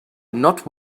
not